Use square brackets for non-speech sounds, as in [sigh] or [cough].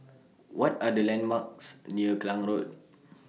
[noise] What Are The landmarks near Klang Road [noise]